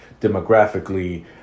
demographically